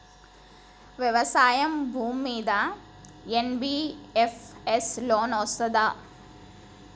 వ్యవసాయం భూమ్మీద NBFS loan ఇస్తదా?